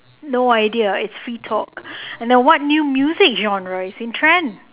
no idea it's free talk and then what new music genre is in trend